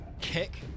kick